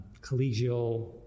collegial